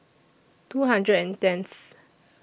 two hundred and tenth